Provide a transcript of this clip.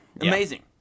Amazing